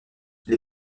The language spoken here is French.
les